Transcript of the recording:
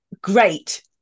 great